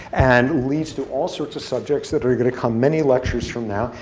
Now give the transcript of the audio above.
and leads to all sorts of subjects that are going to come many lectures from now.